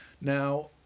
Now